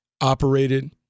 operated